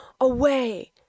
away